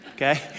Okay